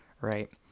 Right